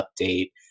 update